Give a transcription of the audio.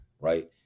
Right